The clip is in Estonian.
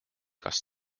kas